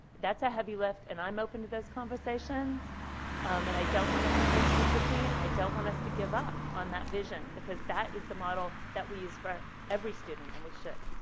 a heavy lift and i am open to those conversations um and i don't want us to move too quickly and i don't want us to give up on that vision because that is the model that we use for every student and we should.